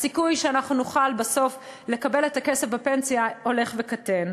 הסיכוי שאנחנו נוכל בסוף לקבל את הכסף בפנסיה הולך וקטן.